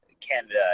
Canada